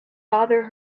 bother